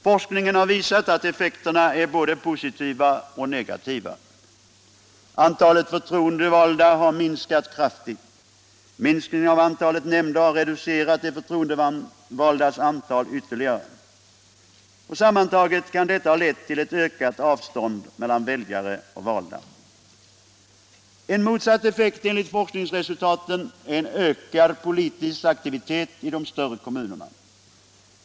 Forskningen har visat att effekterna är både positiva och negativa. Antalet förtroendevalda har minskat kraftigt. Minskningen av antalet nämnder har reducerat de förtroendevaldas antal ytterligare. Sammantaget kan detta ha lett till ett ökat avstånd mellan väljare och valda. En motsatt effekt enligt forskningsresultaten är en ökad politisk aktivitet i de större kommunerna.